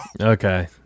okay